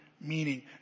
meaning